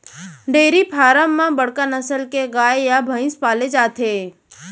dairy farm म बड़का नसल के गाय या भईंस पाले जाथे